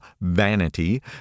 vanity